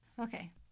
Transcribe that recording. Okay